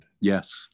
Yes